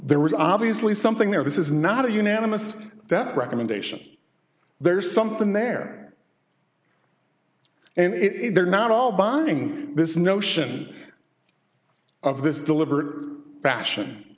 there was obviously something there this is not a unanimous that recommendation there's something there and if they're not all bonding this notion of this deliberate fashi